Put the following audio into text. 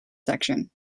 section